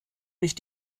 mich